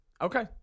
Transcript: Okay